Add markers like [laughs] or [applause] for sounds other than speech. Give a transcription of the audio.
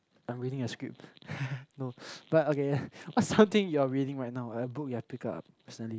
I'm reading a script [laughs] no [noise] but okay what's something you are reading right now a book you've picked up recently